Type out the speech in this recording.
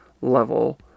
level